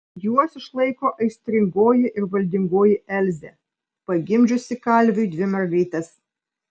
juos išlaiko aistringoji ir valdingoji elzė pagimdžiusi kalviui dvi mergaites